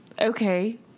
Okay